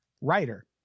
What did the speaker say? writer